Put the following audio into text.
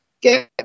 Get